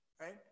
right